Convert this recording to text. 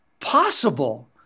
possible